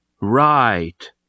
Right